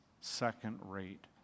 second-rate